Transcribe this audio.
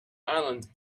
island